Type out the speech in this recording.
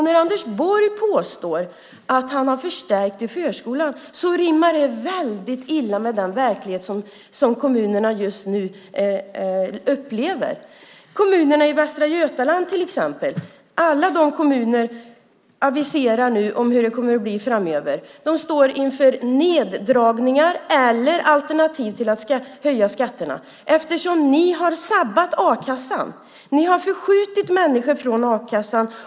När Anders Borg påstår att han har förstärkt i förskolan rimmar det väldigt illa med den verklighet som kommunerna just nu upplever. Det gäller till exempel kommunerna i Västra Götaland. Alla de kommunerna aviserar nu hur det kommer att bli framöver. De står inför neddragningar eller alternativet att höja skatterna eftersom ni har sabbat a-kassan. Ni har förskjutit människor från a-kassan.